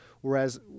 Whereas